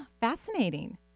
Fascinating